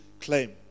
claim